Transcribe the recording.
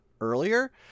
earlier